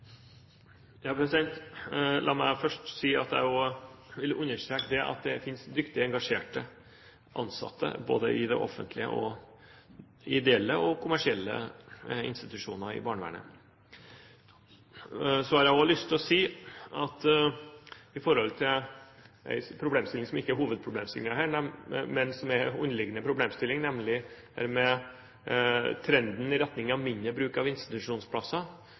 La meg først si at jeg også vil understreke at det finnes dyktige og engasjerte ansatte både i de offentlige, i de ideelle og i de kommersielle institusjoner i barnevernet. Jeg har også lyst til å si om en problemstilling som ikke er hovedproblemstillingen, men som er en underliggende problemstilling, at når det gjelder trenden i retning av mindre bruk av institusjonsplasser,